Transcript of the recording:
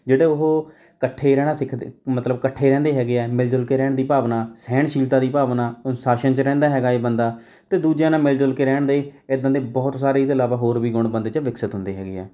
ਜਿਹੜੇ ਉਹ ਇਕੱਠੇ ਰਹਿਣਾ ਸਿੱਖਦੇ ਮਤਲਬ ਇਕੱਠੇ ਰਹਿੰਦੇ ਹੈਗੇ ਹੈ ਮਿਲ ਜੁਲ ਕੇ ਰਹਿਣ ਦੀ ਭਾਵਨਾ ਸਹਿਣਸ਼ੀਲਤਾ ਦੀ ਭਾਵਨਾ ਅਨੁਸ਼ਾਸਨ 'ਚ ਰਹਿੰਦਾ ਹੈਗਾ ਹੈ ਬੰਦਾ ਅਤੇ ਦੂਜਿਆਂ ਨਾਲ ਮਿਲ ਜੁਲ ਕੇ ਰਹਿਣ ਦੇ ਇੱਦਾਂ ਦੇ ਬਹੁਤ ਸਾਰੇ ਇਹ ਤੋਂ ਇਲਾਵਾ ਹੋਰ ਵੀ ਗੁਣ ਬੰਦੇ 'ਚ ਵਿਕਸਿਤ ਹੁੰਦੇ ਹੈਗੇ ਹੈ